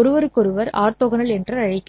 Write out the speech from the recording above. ஒருவருக்கொருவர் ஆர்த்தோகனல் என்று அழைக்கிறோம்